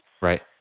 Right